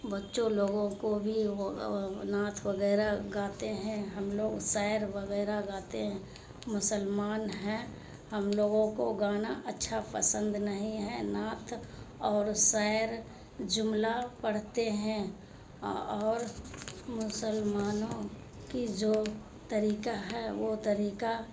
بچوں لوگوں کو بھی وہ نعت وغیرہ گاتے ہیں ہم لوگ شعر وغیرہ غاتے ہیں مسلمان ہیں ہم لوگوں کو گانا اچھا پسند نہیں ہے نعت اور شعر جملہ پڑھتے ہیں اور مسلمانوں کی جو طریقہ ہے وہ طریقہ